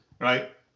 right